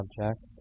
object